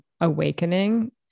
awakening